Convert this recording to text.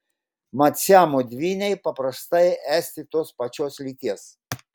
mat siamo dvyniai paprastai esti tos pačios lyties